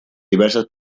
diversas